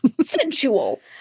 sensual